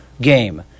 game